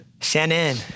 Shannon